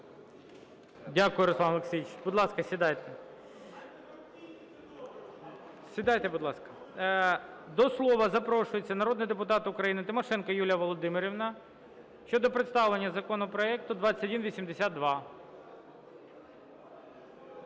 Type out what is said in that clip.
Дякую, Руслан Олексійович. Будь ласка, сідайте. Сідайте, будь ласка. До слова запрошується народний депутат України Тимошенко Юлія Володимирівна щодо представлення законопроекту 2182.